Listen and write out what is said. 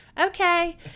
okay